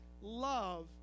love